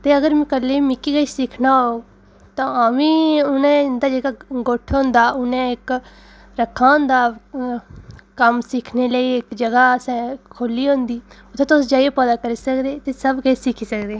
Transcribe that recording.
ते अगर कल्ले मिगी किश सिक्खना होग तां अमी उ'नें उं'दा जेह्का गुठ्ठ होंदा उ'नें इक रक्खा दा होंदा कम्म सिक्खने लेई इक जगह् असें खोल्ली होंदी उत्थें तुस जाइयै पता करी सकदे ते सब किश सिक्खी सकदे